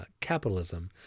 capitalism